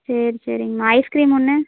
சரி சரிங்கம்மா ஐஸ்கிரீமு ஒன்று